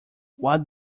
what